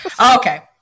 Okay